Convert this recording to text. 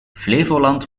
flevoland